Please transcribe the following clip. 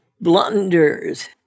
blunders